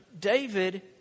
David